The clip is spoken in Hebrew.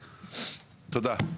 תודה.